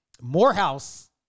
Morehouse